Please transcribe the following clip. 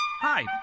Hi